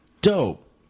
Dope